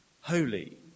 holy